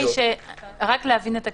רק להבין את הכוונה.